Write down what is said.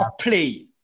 play